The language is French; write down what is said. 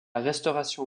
restauration